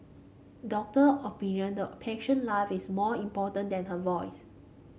in doctor opinion the patient's life is more important than her voice